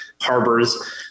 Harbors